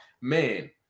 man